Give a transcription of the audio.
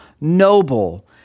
noble